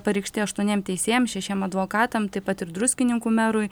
pareikšti aštuoniems teisėjams šešiems advokatams taip pat ir druskininkų merui